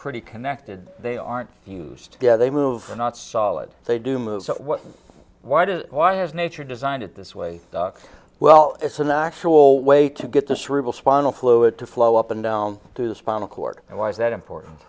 pretty connected they aren't used to get they move or not solid they do move so why does why has nature designed it this way well it's an actual way to get the cerebral spinal fluid to flow up and down through the spinal cord and why is that important